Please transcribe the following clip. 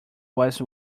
was